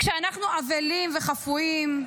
כשאנחנו אבלים וחפויים,